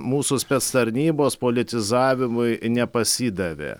mūsų spec tarnybos politizavimui nepasidavė